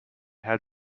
had